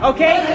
Okay